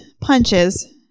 punches